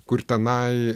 kur tenai